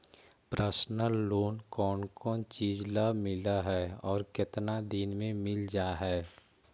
Personal loan कोन कोन चिज ल मिल है और केतना दिन में मिल जा है?